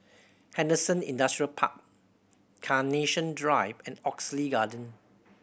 Henderson Industrial Park Carnation Drive and Oxley Garden